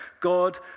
God